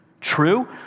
true